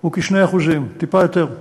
הוא כ-2%; טיפה יותר.